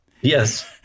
Yes